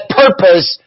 purpose